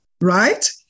right